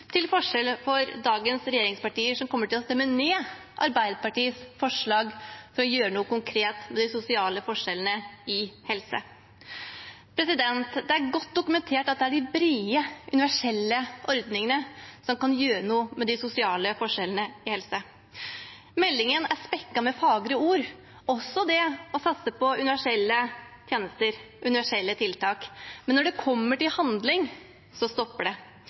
til forskjell fra dagens regjeringspartier, som kommer til å stemme ned Arbeiderpartiets forslag om å gjøre noe konkret med de sosiale forskjellene i helse. Det er godt dokumentert at det er de brede, universelle ordningene som kan gjøre noe med de sosiale forskjellene i helse. Meldingen er spekket med fagre ord, også om det å satse på universelle tjenester og tiltak, men når det kommer til handling, stopper det.